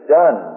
done